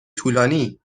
طولانی